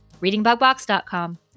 readingbugbox.com